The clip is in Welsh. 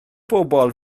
bobl